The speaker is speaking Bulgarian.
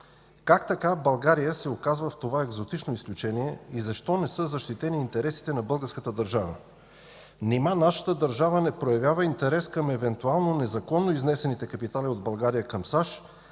Как така България се оказва в това екзотично изключение и защо не са защитени интересите на българската държава? Нима нашата държава не проявява интерес към евентуално незаконно изнесените капитали от България към САЩ,